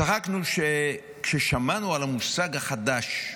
צחקנו כששמענו על המושג החדש,